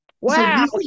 Wow